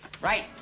Right